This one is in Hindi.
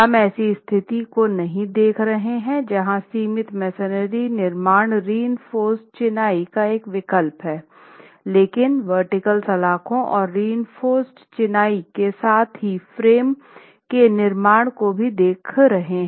हम ऐसी स्थिति को नहीं देख रहे हैं जहां सीमित मेसनरी निर्माण रीइंफोर्स्ड चिनाई का एक विकल्प है लेकिन ऊर्ध्वाधर सलाखों और रीइंफोर्स्ड चिनाई के साथ ही फ्रेम के निर्माण को भी देख रहे हैं